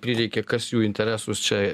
prireikė kas jų interesus čia